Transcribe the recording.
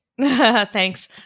Thanks